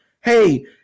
hey –